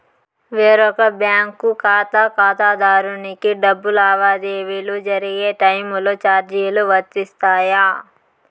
వేరొక బ్యాంకు ఖాతా ఖాతాదారునికి డబ్బు లావాదేవీలు జరిగే టైములో చార్జీలు వర్తిస్తాయా?